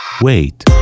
Wait